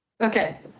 Okay